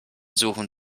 suchen